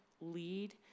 lead